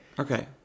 Okay